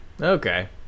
Okay